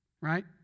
Right